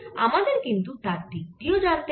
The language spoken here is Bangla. আমাদের কিন্তু তার দিক টিও জানতে হবে